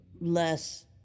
less